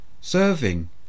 serving